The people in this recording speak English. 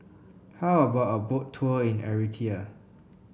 how about a Boat Tour in Eritrea